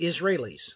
Israelis